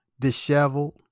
Disheveled